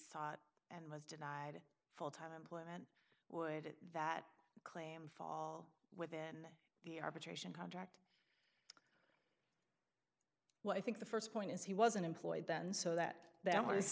sought and was denied full time employment would that claim fall within the arbitration contract well i think the st point is he wasn't employed then so that that was